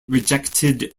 rejected